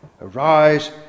Arise